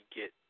get